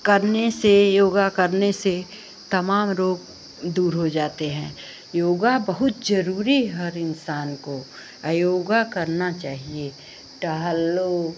करने से योगा करने से तमाम रोग दूर हो जाते हैं योगा बहुत ज़रूरी हर इन्सान को योगा करना चाहिए टहल लो